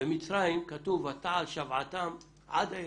במצרים כתוב "התעל שוועתם אל האלוקים".